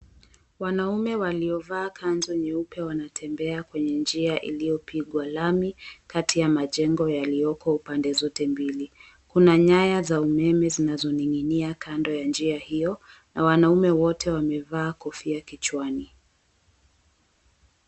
Wanaume waliovaa kanzu nyeupe wanatembea kwenye njia iliyopigwa lami kati ya majengo yaliyoko pande zote mbili. Kuna nyaya za umeme zinazoning'inia kando ya njia hiyo na wanaume wote wamevaa kofia kichwani.